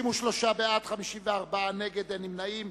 אין נמנעים.